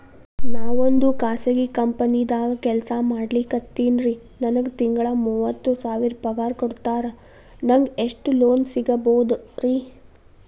ನಾವೊಂದು ಖಾಸಗಿ ಕಂಪನಿದಾಗ ಕೆಲ್ಸ ಮಾಡ್ಲಿಕತ್ತಿನ್ರಿ, ನನಗೆ ತಿಂಗಳ ಮೂವತ್ತು ಸಾವಿರ ಪಗಾರ್ ಕೊಡ್ತಾರ, ನಂಗ್ ಎಷ್ಟು ಲೋನ್ ಸಿಗಬೋದ ರಿ?